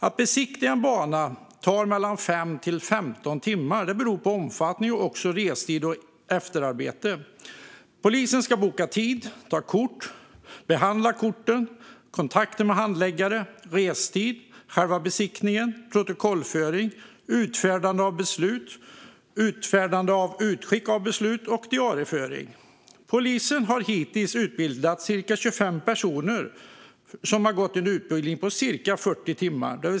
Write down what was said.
Att besiktiga en bana tar mellan 5 och 15 timmar beroende på omfattning och också restid och efterarbete. Polisen ska boka tid, ta kort och behandla korten. Till det kommer kontakter med handläggare, restid, själva besiktningen, protokollföring, utfärdande av beslut, utskick av beslut och diarieföring. Polisen har hittills utbildat ca 25 personer, som har gått en utbildning på ca 40 timmar.